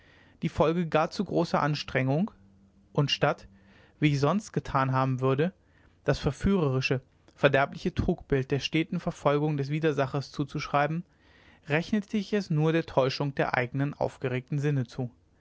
die folge gar zu großer anstrengung und statt wie ich sonst getan haben würde das verführerische verderbliche trugbild der steten verfolgung des widersachers zuzuschreiben rechnete ich es nur der täuschung der eignen aufgeregten sinne zu